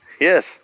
Yes